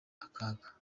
akaga